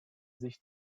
sich